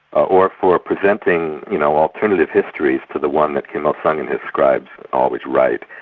or for presenting you know alternative histories to the one that kim il-sung and his scribes always write.